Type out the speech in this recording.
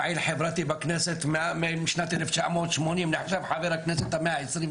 אני פעיל חברתי בכנסת משנת 1980 ונחשב לחבר הכנסת ה-121.